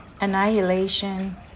annihilation